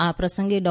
આ પ્રસંગે ડો